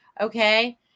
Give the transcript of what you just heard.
Okay